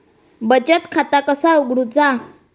बचत खाता कसा उघडूचा?